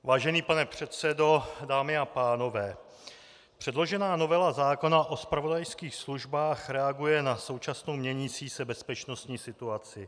Vážený pane předsedo, dámy a pánové, předložená novela zákona o zpravodajských službách reaguje na současnou měnící se bezpečnostní situaci.